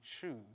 choose